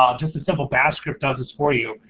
um just a simple bash script does this for you,